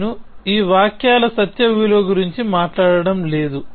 నేను ఈ వాక్యాల సత్య విలువ గురించి మాట్లాడటం లేదు